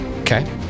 Okay